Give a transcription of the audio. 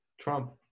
Trump